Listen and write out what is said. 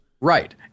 Right